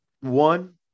one